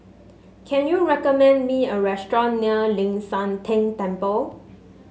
can you recommend me a restaurant near Ling San Teng Temple